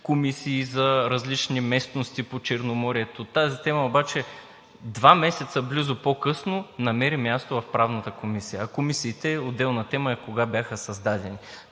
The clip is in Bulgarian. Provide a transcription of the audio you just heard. комисии за различни местности по Черноморието. Тази тема обаче близо два месеца по-късно намери място в Правната комисия, а отделна тема е кога бяха създадени